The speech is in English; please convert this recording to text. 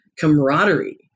camaraderie